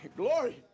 glory